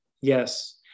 yes